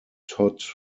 todd